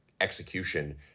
execution